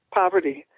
poverty